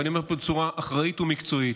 ואני אומר פה בצורה אחראית ומקצועית: